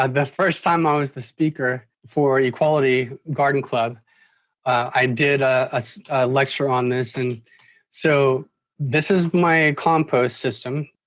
um the first time i was the speaker for equality garden club i did a lecture on this. and so this is my compost system.